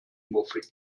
muffig